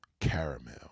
caramel